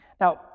Now